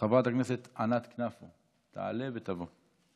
חברת הכנסת ענת כנפו תעלה ותבוא.